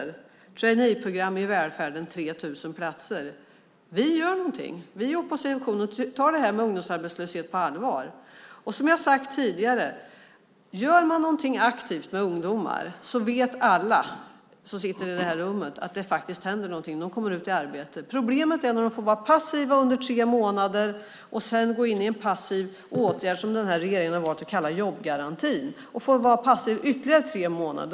När det gäller traineeprogram i välfärden är det 3 000 platser. Vi gör någonting. Vi i oppositionen tar ungdomsarbetslösheten på allvar. Som jag har sagt tidigare, gör man något aktivt med ungdomar vet alla som sitter i det här rummet att det händer något. De kommer ut i arbete. Problemet är när de får vara passiva under tre månader och sedan gå in i en passiv åtgärd som den här regeringen har valt att kalla jobbgarantin. Då får de vara passiva i ytterligare tre månader.